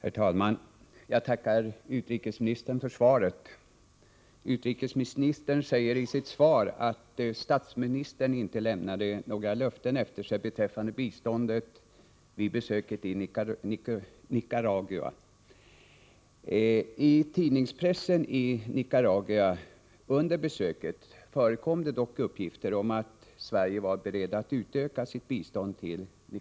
Herr talman! Jag tackar utrikesministern för svaret. Utrikesministern säger i det att statsministern inte har lämnat några löften efter sig beträffande biståndet vid besök i Nicaragua. Under besöket förekom dock uppgifter i pressen i Nicaragua om att Sverige var berett att utöka sitt bistånd dit.